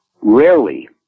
rarely